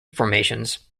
formations